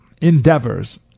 endeavors